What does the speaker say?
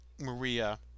Maria